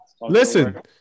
listen